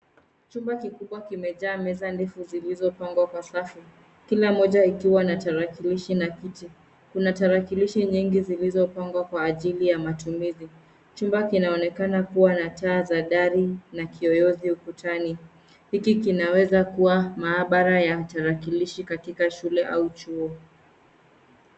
Chumba kikubwa kimejaa meza ndefu zilizopangwa kwa safu, kila moja ikiwa na tarakilishi na kiti. Kuna tarakilishi nyingi zilizopangwa kwa ajili ya matumizi. Chumba kinaonekana kuwa na taa za dari na kiyoyozi ukutani. Hiki kinaweza kuwa maabara ya tarakilishi katika shule au chuo.